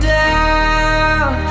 down